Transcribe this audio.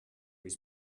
his